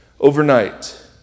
overnight